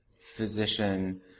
physician